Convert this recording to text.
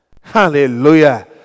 Hallelujah